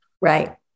Right